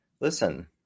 listen